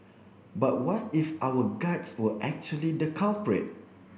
but what if our guts were actually the culprit